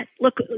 look